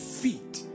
feet